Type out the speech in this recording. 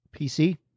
PC